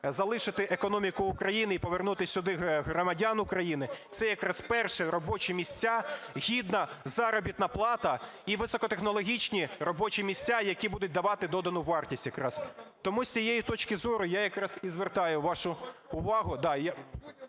залишити економіку України і повернути сюди громадян України – це якраз перші робочі місця, гідна заробітна плата і високотехнологічні робочі місця, які будуть давати додану вартість якраз. Тому з цієї точки зору я якраз і звертаю вашу увагу,